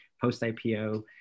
post-IPO